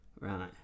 Right